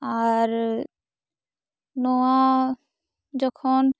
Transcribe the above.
ᱟᱨ ᱱᱚᱣᱟ ᱡᱚᱠᱷᱚᱱ